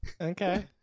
Okay